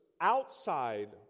outside